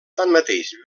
tanmateix